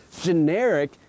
generic